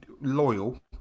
loyal